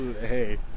hey